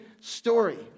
story